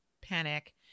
panic